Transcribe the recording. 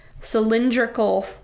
cylindrical